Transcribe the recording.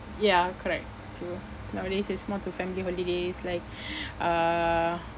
ya correct true nowadays it's more to family holidays like uh